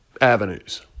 avenues